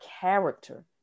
character